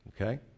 Okay